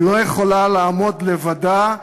היא לא יכולה לעמוד לבדה,